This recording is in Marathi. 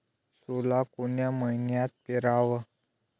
सोला कोन्या मइन्यात पेराव?